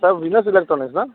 sir Venus electronics ना